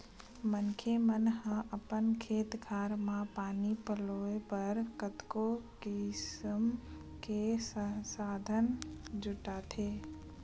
मनखे मन ह अपन खेत खार म पानी पलोय बर कतको किसम के संसाधन जुटाथे